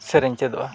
ᱥᱮᱨᱮᱧ ᱪᱮᱫᱚᱜᱼᱟ